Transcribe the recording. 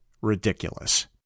ridiculous